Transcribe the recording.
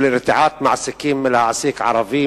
רתיעת מעסיקים